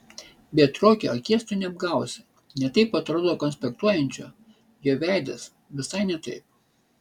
bet ruokio akies tu neapgausi ne taip atrodo konspektuojančio jo veidas visai ne taip